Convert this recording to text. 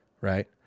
right